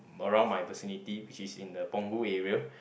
around my vicinity which is in the Punggol area